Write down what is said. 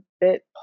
bit